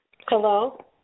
Hello